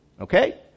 Okay